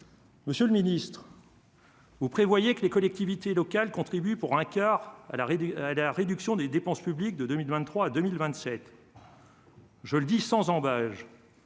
Monsieur le ministre, vous prévoyez que les collectivités locales contribuent pour un quart à la réduction des dépenses publiques de 2023 à 2027. Je le dis sans ambages,